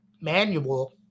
manual